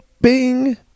Bing